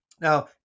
Now